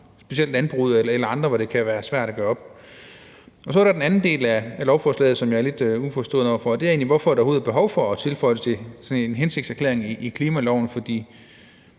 specielt landbruget eller fra andre, hvor det kan være svært at gøre det op. Så er der den anden del af beslutningsforslaget, som jeg står lidt uforstående over for, og det er, hvorfor der overhovedet er behov for at tilføje sådan en hensigtserklæring i klimaloven. Hvis